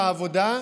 לעבודה,